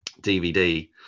DVD